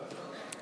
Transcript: לשנת הכספים 2018,